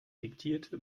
diktierte